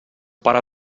pare